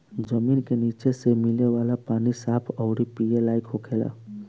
जमीन के निचे से मिले वाला पानी साफ अउरी पिए लायक होखेला